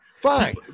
fine